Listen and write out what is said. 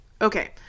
Okay